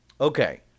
Okay